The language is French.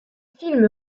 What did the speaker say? film